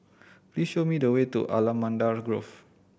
please show me the way to Allamanda Grove